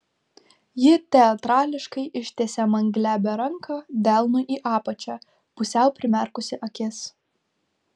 ji teatrališkai ištiesė man glebią ranką delnu į apačią pusiau primerkusi akis